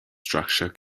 structure